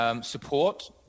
support